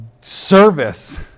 service